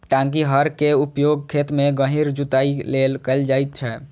टांकी हर के उपयोग खेत मे गहींर जुताइ लेल कैल जाइ छै